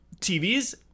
tvs